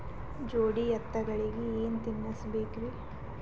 ಜೋಡಿ ಎತ್ತಗಳಿಗಿ ಏನ ತಿನಸಬೇಕ್ರಿ?